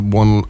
one